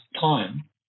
time